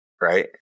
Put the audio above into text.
right